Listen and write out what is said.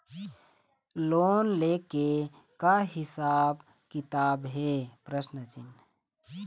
Loan ले के का हिसाब किताब हे?